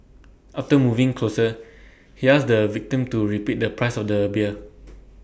after moving closer he asked the victim to repeat the price of the beer